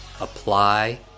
apply